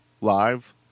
Live